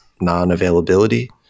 non-availability